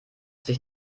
sich